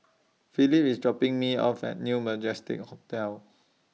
Phillip IS dropping Me off At New Majestic Hotel